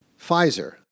Pfizer